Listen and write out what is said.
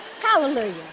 Hallelujah